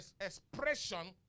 expression